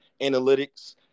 analytics